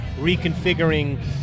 reconfiguring